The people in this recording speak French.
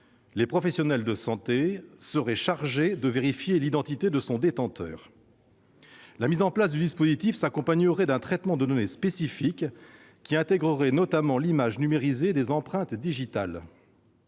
Les professionnels de santé seraient chargés de vérifier l'identité du détenteur de cette nouvelle carte. La mise en place du dispositif s'accompagnerait d'un traitement de données spécifique, intégrant notamment l'image numérisée des empreintes digitales.